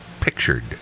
pictured